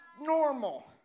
normal